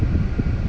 mm